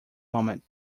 moment